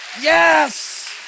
yes